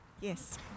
yes